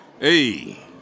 Hey